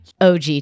OG